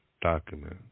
document